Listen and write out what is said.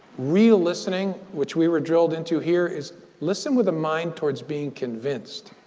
real listening, which we were drilled into here, is listen with a mind towards being convinced.